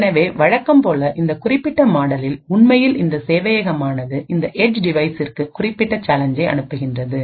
எனவே வழக்கம்போல இந்த குறிப்பிட்ட மாடலில் உண்மையில் இந்த சேவையகமானது இந்த ஏட்ஜ் டிவைஸ்சிற்கு குறிப்பிட்ட சேலஞ்சை அனுப்புகிறது